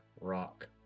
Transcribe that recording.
Rock